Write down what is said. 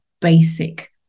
basic